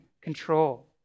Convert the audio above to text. control